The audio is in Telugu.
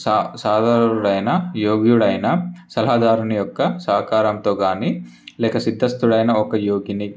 చా సాధనులైన యోగ్యుడైన సలహాదారుని యొక్క సహకారంతో కాని లేక సిద్ధస్థుడు అయిన ఒక యోగిని